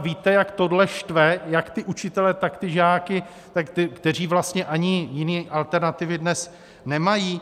Víte, jak tohle štve jak učitele, tak žáky, tak ty, kteří vlastně ani jiné alternativy dnes nemají.